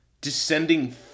Descending